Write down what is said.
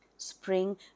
Spring